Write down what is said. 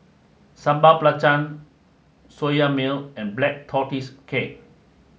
Sambal Belacan Soya Milk and Black Tortoise Cake